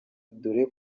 dore